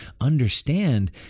understand